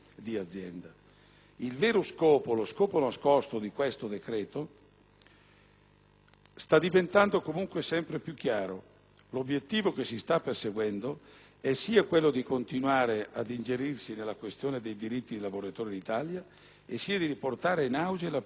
sta diventando sempre più chiaro. L'obiettivo che si sta perseguendo è sia quello di continuare a ingerirsi nella questione dei diritti dei lavoratori Alitalia e sia di riportare *in auge* l'applicazione dell'istituto dell'arbitrato nei contratti posti in essere dalla pubblica amministrazione.